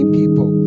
people